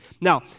Now